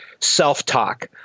self-talk